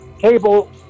cable